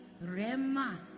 rema